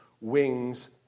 wings